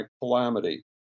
calamity